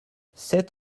sept